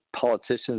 politicians